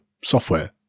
software